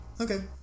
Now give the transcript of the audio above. Okay